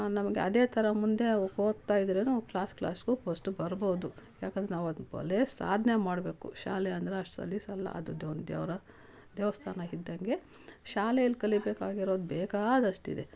ನಮಗೆ ಅದೇ ಥರ ಮುಂದೆ ಅವ್ರು ಓದ್ತಾ ಇದ್ದರೂ ಕ್ಲಾಸ್ ಕ್ಲಾಸ್ಗೂ ಫಸ್ಟು ಬರ್ಬೋದು ಏಕೆಂದ್ರೆ ನಾವು ಅದ್ನ ಭಲೇ ಸಾಧನೆ ಮಾಡಬೇಕು ಶಾಲೆ ಅಂದರೆ ಅಷ್ಟು ಸಲೀಸಲ್ಲ ಅದರದ್ದೇ ಒಂದು ದೇವರ ದೇವಸ್ಥಾನ ಇದ್ದಂತೆ ಶಾಲೆಯಲ್ಲಿ ಕಲಿಬೇಕಾಗಿರೋದು ಬೇಕಾದಷ್ಟಿದೆ